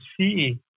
see